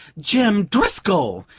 jim driscoll!